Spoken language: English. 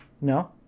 No